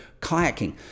kayaking